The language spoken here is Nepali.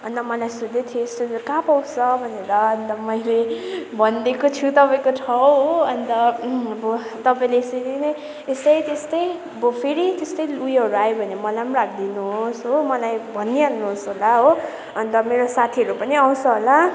अनि मलाई सोध्दै थियो यस्तो चाहिँ कहाँ पाउँछ भनेर अन्त मैले भनिदिएको छु तपाईँको ठाउँ हो अन्त अब तपाईँले यसरी नै यस्तै त्यस्तै अब फेरि त्यस्तै उयोहरू आयो भने मलाई पनि राखिदिनुहोस् हो मलाई भनिहाल्नुहोस् होला हो अन्त मेरो साथीहरू पनि आउँछ होला